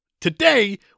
today